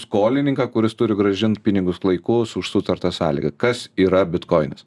skolininką kuris turi grąžint pinigus laiku su už sutartą sąlygą kas yra bitkoinas